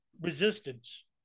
resistance